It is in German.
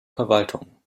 verwaltung